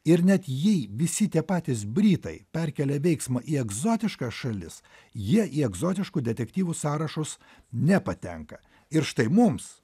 ir net jei visi tie patys britai perkelia veiksmą į egzotiškas šalis jie į egzotiškų detektyvų sąrašus nepatenka ir štai mums